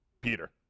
Peter